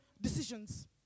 decisions